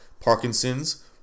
Parkinson's